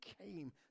came